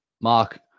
Mark